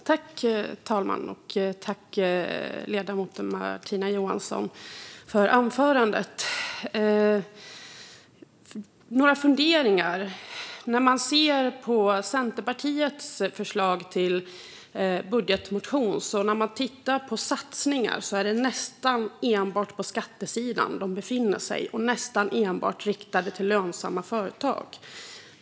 Fru talman! Jag tackar Martina Johansson för anförandet. Jag har några funderingar. Satsningarna i Centerpartiets budgetmotion finns nästan enbart på skattesidan och nästan enbart riktade till lönsamma företag.